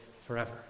forever